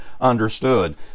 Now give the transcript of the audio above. understood